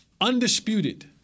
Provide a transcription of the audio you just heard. undisputed